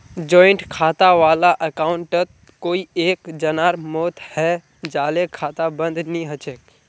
joint खाता वाला अकाउंटत कोई एक जनार मौत हैं जाले खाता बंद नी हछेक